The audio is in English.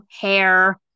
hair